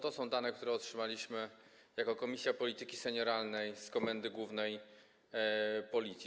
To są dane, które otrzymaliśmy jako Komisja Polityki Senioralnej z Komendy Głównej Policji.